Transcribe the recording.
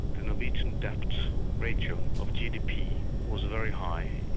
the norwegian debt ratio of gdp was very high,